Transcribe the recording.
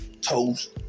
Toast